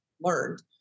learned